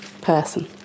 person